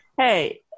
hey